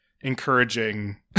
encouraging